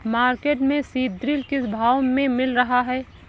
Market में सीद्रिल किस भाव में मिल रहा है?